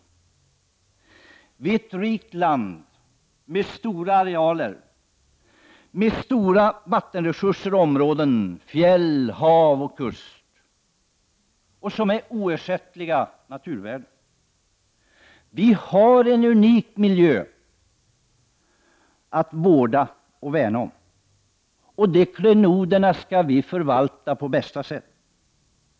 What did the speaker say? Sverige är ett rikt land med stora arealer, stora vattenresurser och stora fjäll-, havsoch kustområden som är oersättliga naturvärden. Vi har en unik miljö att vårda och värna om. Dessa klenoder skall vi förvalta på bästa sätt.